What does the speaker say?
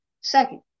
Second